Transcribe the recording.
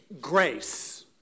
Grace